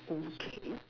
okay